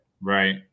Right